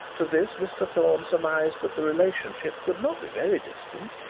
to this mr thorne surmised that the relationship could not be very distant.